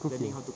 cooking